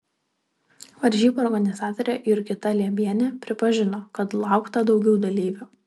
varžybų organizatorė jurgita liebienė pripažino kad laukta daugiau dalyvių